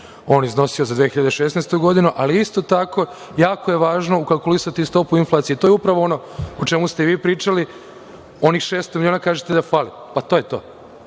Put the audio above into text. on iznosio za 2016. godinu, ali isto tako jako je važno ukalkulisti stopu inflacije. To je upravo ono o čemu ste vi pričali. Onih 600 miliona kažete da fali, pa to je to.